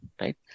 right